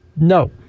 No